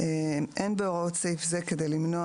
"(ד)אין בהוראות סעיף זה כדי למנוע